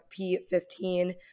P15